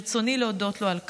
וברצוני להודות לו על כך,